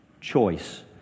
choice